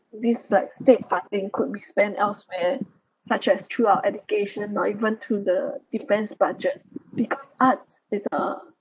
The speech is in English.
this like state funding could be spent elsewhere such as through our education or even through the defense budget because arts is uh